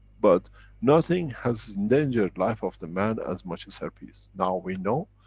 but nothing has endangered life of the man as much as herpes. now we know,